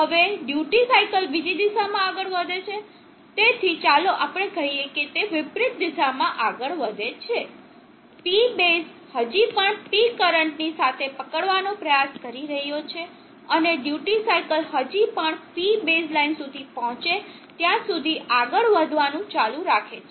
હવે duty cycle બીજી દિશામાં આગળ વધે છે તેથી ચાલો આપણે કહીએ કે તે વિપરીત દિશામાં આગળ વધે છે P બેઝ હજી પણ P કરંટની સાથે પકડવાનો પ્રયાસ કરી રહ્યો છે અને ડ્યુટી સાઇકલ હજી પણ P બેઝ લાઇન સુધી પહોંચે ત્યાં સુધી આગળ વધવાનું ચાલુ રાખે છે